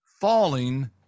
falling